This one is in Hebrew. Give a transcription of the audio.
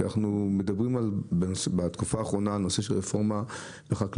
שאנחנו מדברים על בתקופה האחרונה על נושא של רפורמה בחקלאות